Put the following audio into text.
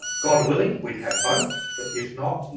god willing we'd have both but if not,